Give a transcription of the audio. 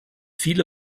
viele